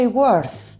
worth